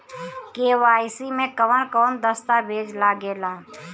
KYC में कवन कवन दस्तावेज लागे ला?